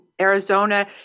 Arizona